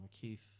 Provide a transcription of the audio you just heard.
Keith